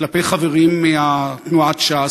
כלפי חברים מתנועת ש"ס,